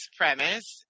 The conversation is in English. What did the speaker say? premise